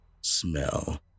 smell